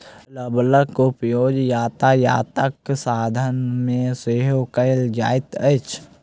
रबड़क उपयोग यातायातक साधन मे सेहो कयल जाइत अछि